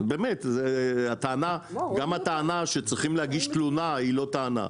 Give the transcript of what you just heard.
באמת, גם הטענה שצריכים להגיש היא לא טענה.